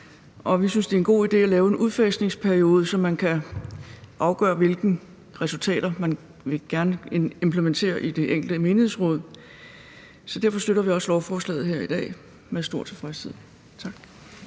Og vi synes, det er en god idé at lave en udfasningsperiode, så man kan afgøre, hvilke resultater man gerne vil implementere i det enkelte menighedsråd. Så derfor støtter vi også lovforslaget her i dag med stor tilfredshed. Kl.